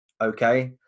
okay